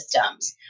systems